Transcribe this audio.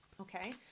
okay